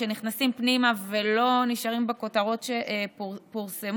כשנכנסים פנימה ולא נשארים בכותרות שפורסמו: